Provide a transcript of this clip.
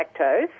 lactose